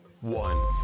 one